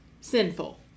sinful